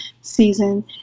season